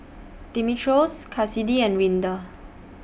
Dimitrios Kassidy and Rinda